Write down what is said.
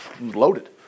loaded